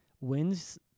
wins